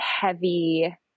heavy